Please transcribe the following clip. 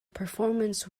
performance